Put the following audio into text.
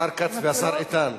השר כץ והשר איתן,